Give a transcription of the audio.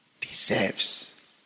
deserves